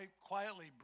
quietly